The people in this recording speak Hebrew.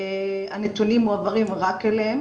הנתונים מועברים רק אליהם